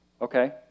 okay